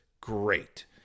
great